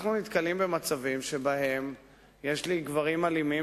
אנחנו נתקלים במצבים שיש גברים אלימים